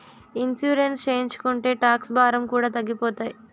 insurance చేయించుకుంటే tax భారం కూడా తగ్గిపోతాయి